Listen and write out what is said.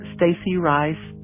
StacyRice